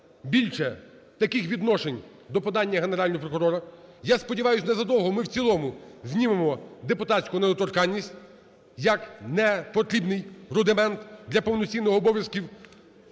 більше таких відношень до подання Генерального прокурора. Я сподіваюся, незадовго ми в цілому знімемо депутатську недоторканність як непотрібний рудимент для повноцінних обов'язків